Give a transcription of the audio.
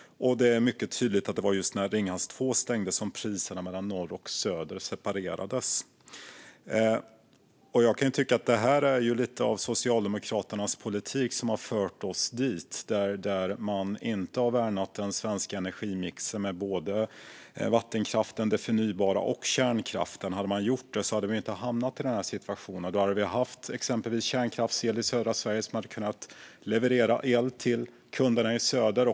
Det är mycket tydligt att det var just när Ringhals 2 stängdes som priserna mellan norr och söder separerades. Jag kan tycka att det är Socialdemokraternas politik som har fört oss dit. Man har inte värnat den svenska energimixen med både vattenkraft, förnybart och kärnkraft. Om man hade gjort det hade vi inte hamnat i den här situationen, och då hade vi haft exempelvis kärnkraftsel i södra Sverige som hade kunnat levereras till kunderna i söder.